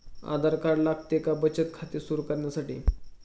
आधार card लागते का बचत खाते सुरू करण्यासाठी?